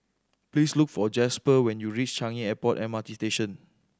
please look for Jasper when you reach Changi Airport M R T Station